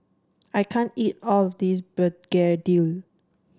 I can't eat all of this Begedil